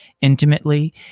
intimately